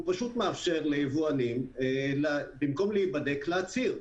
הוא פשוט מאפשר ליבואנים במקום להיבדק להצהיר.